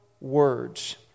words